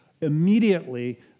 immediately